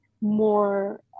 more